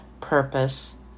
purpose